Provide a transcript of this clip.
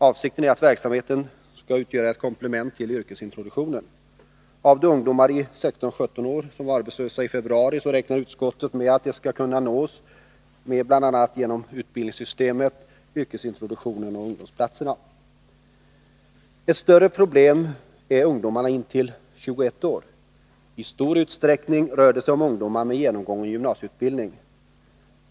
Avsikten är att verksamheten skall utgöra ett komplement till yrkesintroduktionen. När det gäller de ungdomar i åldern 16-17 år som var arbetslösa i februari räknar utskottet med att de skall kunna nås bl.a. genom utbildningssystemet, yrkesintroduktionen och ungdomsplatserna. Ett större prbblem är ungdomarna intill 21 år. I stor utsträckning rör det sig om ungdomar med genomgången gymnasieutbildning.